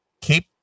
keep